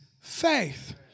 faith